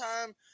time